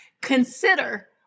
Consider